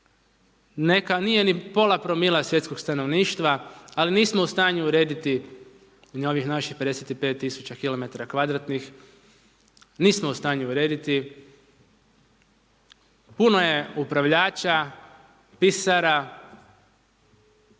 nije ni pola promila svjetskog stanovništva, ali nismo u stanju urediti ni ovih naših 55 tisuća km kvadratnih, nismo u stanju u rediti. Puno je upravljača, pisara,